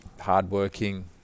hardworking